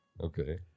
Okay